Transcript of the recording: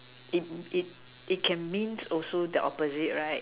it it it can means also the opposite right